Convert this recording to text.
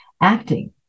Acting